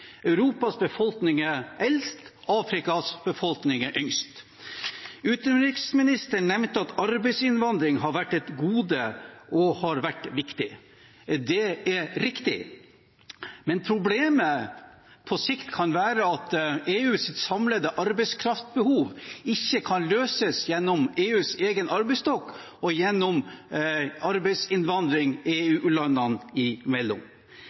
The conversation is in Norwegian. Europas befolkning er eldst. Afrikas befolkning er yngst. Utenriksministeren nevnte at arbeidsinnvandring har vært et gode og har vært viktig. Det er riktig. Men problemet på sikt kan være at EUs samlede arbeidskraftbehov ikke kan løses gjennom EUs egen arbeidsstokk og gjennom arbeidsinnvandring EU-landene imellom. Tyskland merker det veldig sterkt i